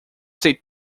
state